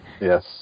Yes